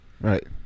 Right